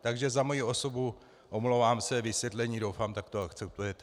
Takže za svoji osobu, omlouvám se, vysvětlení, doufám, takto akceptujete.